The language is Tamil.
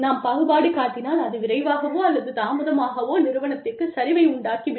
நாம் பாகுபாடு காட்டினால் அது விரைவாகவோ அல்லது தாமதமாகவோ நிறுவனத்திற்குச் சரிவை உண்டாக்கி விடும்